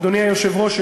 אדוני היושב-ראש,